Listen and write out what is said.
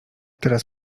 teraz